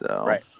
Right